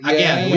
Again